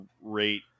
rate